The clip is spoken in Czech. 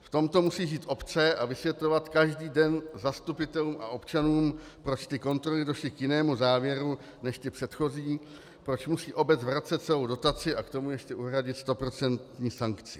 V tomto musí žít obce a vysvětlovat každý den zastupitelům a občanům, proč ty kontroly došly k jinému závěru než ty předchozí, proč musí obec vracet celou dotaci a k tomu ještě uhradit stoprocentní sankci.